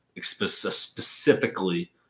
specifically